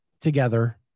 together